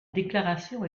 déclaration